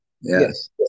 Yes